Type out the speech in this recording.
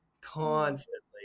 constantly